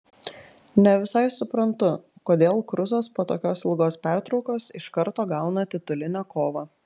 ne visai suprantu kodėl kruzas po tokios ilgos pertraukos iš karto gauna titulinę kovą